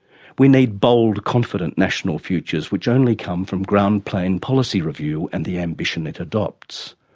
we need bold confident national futures which only come from ground plane policy review and the ambition it adopts.